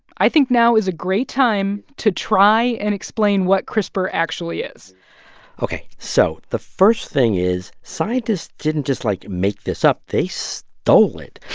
i think now is a great time to try and explain what crispr actually is ok, so the first thing is scientists didn't just, like, make this up. they stole it.